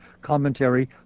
commentary